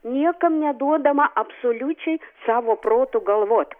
niekam neduodama absoliučiai savo protu galvot